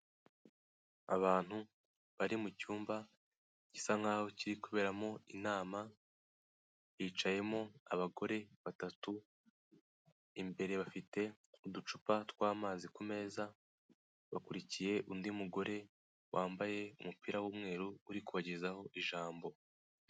Abantu bari mu cyumba gisa nk'aho kiri kuberamo inama hicayemo abagore batatu imbere bafite uducupa tw'amazi ku meza bakurikiye undi mugore wambaye umupira w'umweru uri kubagezaho ijambo.